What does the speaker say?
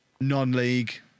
non-league